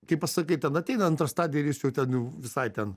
kai pasakai ten ateina antra stadija ir jis jau ten jau visai ten